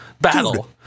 battle